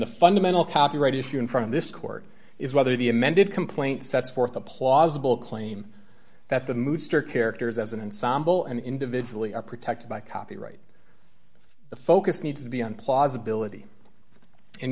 the fundamental copyright issue in front of this court is whether the amended complaint sets forth a plausible claim that the mood star characters as and sambal and individually are protected by copyright the focus needs to be on plausibility and